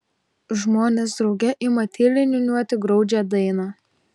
žmonės drauge ima tyliai niūniuoti graudžią dainą